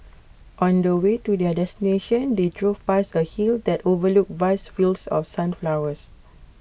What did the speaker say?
on the way to their destination they drove past A hill that overlooked vast fields of sunflowers